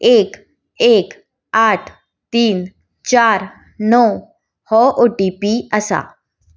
एक एक आठ तीन चार णव हो ओ टी पी आसा